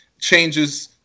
changes